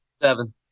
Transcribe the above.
seven